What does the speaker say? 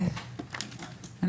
קודם כול,